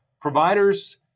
providers